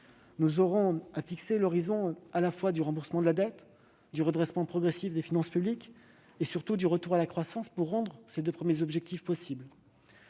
Nous aurons à fixer l'horizon du remboursement de la dette, du redressement progressif des finances publiques et, surtout, du retour à la croissance, qui rendra les deux premiers objectifs possibles.